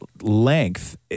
length